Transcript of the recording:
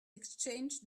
exchanged